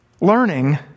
learning